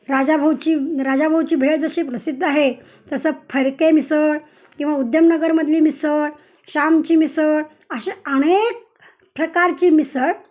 राजाभाऊची राजाभाऊची भेळ जशी प्रसिद्ध आहे तसं फरके मिसळ किंवा उद्यमनगरमधली मिसळ शामची मिसळ असे अनेक प्रकारची मिसळ